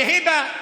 והיבה.